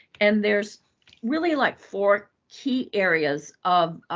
and there's really like four key areas of